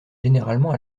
généralement